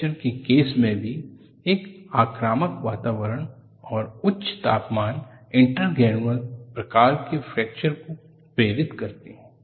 fracture के case में भी एक आक्रामक वातावरण और उच्च तापमान इंटरग्रेनुलर प्रकार के फ्रैक्चर को प्रेरित करते हैं